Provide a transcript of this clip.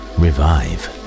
revive